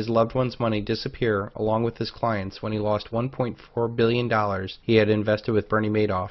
his loved ones money disappear along with his clients when he lost one point four billion dollars he had invested with bernie madoff